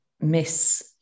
miss